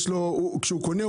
כשהוא קונה,